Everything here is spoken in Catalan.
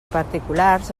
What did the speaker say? particulars